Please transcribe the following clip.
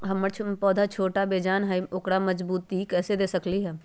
हमर पौधा छोटा बेजान हई उकरा मजबूती कैसे दे सकली ह?